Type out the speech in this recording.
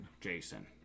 Jason